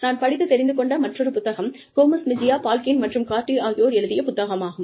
நான் படித்துத் தெரிந்து கொண்ட மற்றொரு புத்தகம் கோமஸ் மெஜியா பால்கின் மற்றும் கார்டி ஆகியோர் எழுதிய புத்தகமாகும்